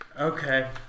Okay